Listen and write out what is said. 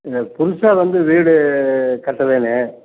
இது புதுசாக வந்து வீடு கட்ட வேணும்